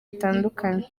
bitandukanye